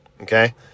Okay